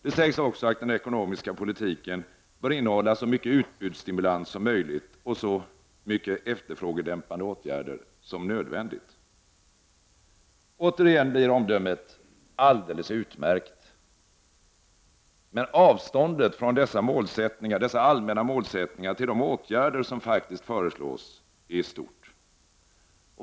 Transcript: Det sägs också att den ekonomiska politiken bör innehålla så mycket utbudsstimulans som möjligt och så mycket efterfrågedämpande åtgärder som nödvändigt. Återigen blir omdömet: alldeles utmärkt! Men avståndet från dessa allmänna målsättningar till de åtgärder som faktiskt föreslås är stort.